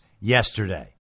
yesterday